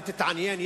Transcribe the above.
אם תתעניין,